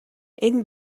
энэ